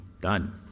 done